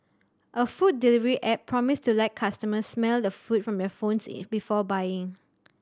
a food delivery app promised to let customers smell the food from their phones before buying